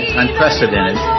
unprecedented